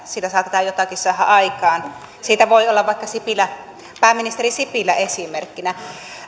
siitä saattaa jotakin saada aikaan siitä voi olla vaikka pääministeri sipilä esimerkkinä